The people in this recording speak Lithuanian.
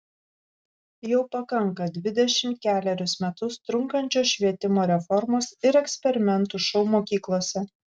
jau pakanka dvidešimt kelerius metus trunkančios švietimo reformos ir eksperimentų šou mokyklose